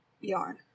yarn